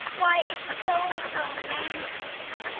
why, it's so romantic!